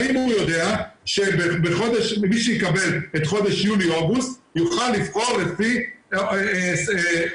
האם הוא יודע שמי שיקבל את חודש יוני-אוגוסט יוכל לבחור לפי שנת